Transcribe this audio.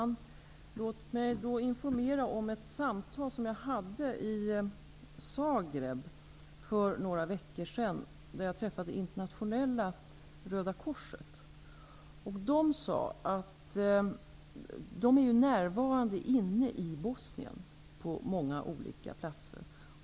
Herr talman! Låt mig informera om ett samtal som jag hade i Zagreb för några veckor sedan då jag träffade internationella Röda korset, som är närvarande inne i Bosnien på olika platser.